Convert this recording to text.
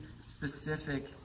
specific